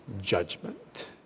judgment